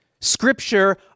Scripture